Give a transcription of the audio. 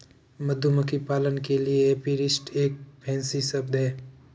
मधुमक्खी पालक के लिए एपीरिस्ट एक फैंसी शब्द है